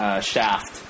Shaft